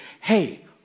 hey